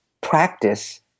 practice